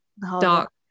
dark